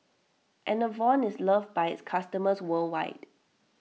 Enervon is loved by its customers worldwide